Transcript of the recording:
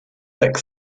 thick